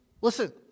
listen